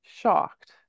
shocked